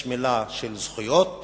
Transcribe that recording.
המלה זכויות